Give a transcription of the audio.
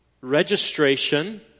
registration